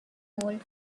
old